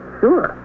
sure